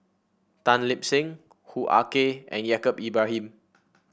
Tan Lip Seng Hoo Ah Kay and Yaacob Ibrahim